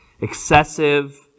excessive